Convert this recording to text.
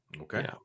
Okay